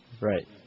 Right